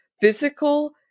physical